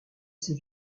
ses